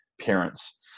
parents